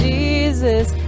Jesus